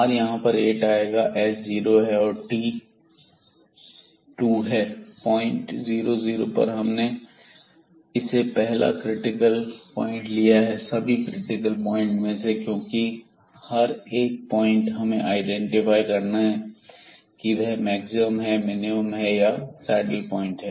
r यहां पर 8 आएगा s 0 है और t 2 है पॉइंट 00 पर हमने इसे पहला क्रिटिकल पॉइंट लिया है सभी क्रिटिकल पॉइंट में से क्योंकि हर एक पॉइंट को हमें आईडेंटिफाई करना है कि वह मैक्सिमम है मिनिमम है या सैडल पॉइंट है